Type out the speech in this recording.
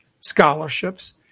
scholarships